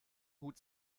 gut